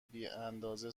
بیاندازه